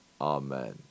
Amen